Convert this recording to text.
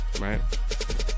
right